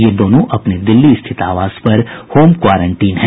ये दोनों अपने दिल्ली स्थित आवास पर होम क्वारंटीन हैं